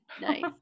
Nice